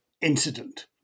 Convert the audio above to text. incident